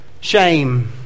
shame